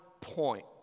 point